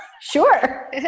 sure